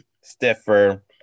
stiffer